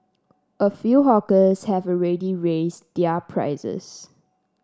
a few hawkers have already raised their prices